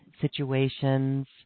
situations